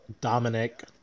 Dominic